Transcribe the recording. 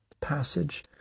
passage